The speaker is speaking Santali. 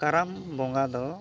ᱠᱟᱨᱟᱢ ᱵᱚᱸᱜᱟ ᱫᱚ